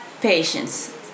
patience